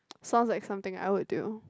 sounds like something I would do